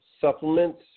supplements